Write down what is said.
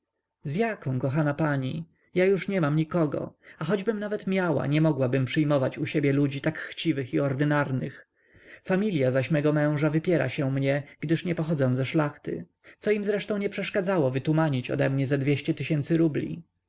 jaką kochana pani ja już nie mam nikogo a choćbym nawet miała nie mogłabym przyjmować u siebie ludzi tak chciwych i ordynarnych familia zaś mego męża wypiera się mnie gdyż nie pochodzę ze szlachty co im zresztą nie przeszkadzało wytumanić ode mnie ze dwieście tysięcy rubli